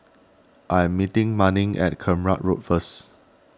I am meeting Manning at Kramat Road first